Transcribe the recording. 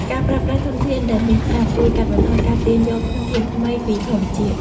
ការប្រើប្រាស់ធនធានដែលមានស្រាប់ជួយកាត់បន្ថយការទាញយកធនធានថ្មីពីធម្មជាតិ។